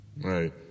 Right